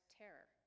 terror